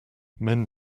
men